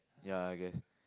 ya I guess